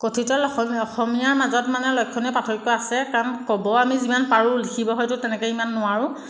কথিত লিখত অস অসমীয়াৰ মাজত মানে লক্ষণীয় পাৰ্থক্য আছে কাৰণ ক'ব আমি যিমান পাৰোঁ লিখিব হয়তো তেনেকৈ ইমান নোৱাৰোঁ